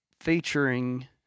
featuring